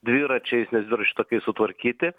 dviračiais nes dviračių takai sutvarkyti